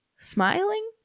Smiling